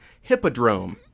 Hippodrome